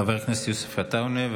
חבר הכנסת יוסף עטאונה,